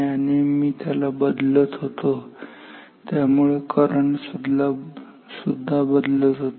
तर मी त्याला बदलत होतो ज्यामुळे करंट सुद्धा बदलत होता